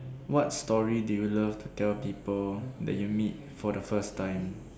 what story do you love to tell people that you meet for the first time